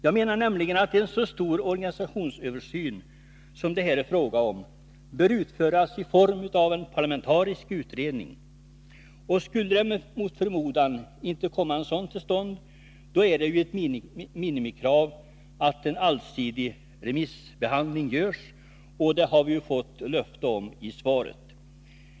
Jag menar nämligen att en så stor organisationsöversyn som det är fråga om här bör utföras av en parlamentariskt sammansatt utredning, och skulle en sådan mot förmodan inte komma till stånd, då är det ett minimikrav att en allsidig remissbehandling sker — och det har vi ju fått löfte om i svaret.